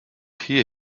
hear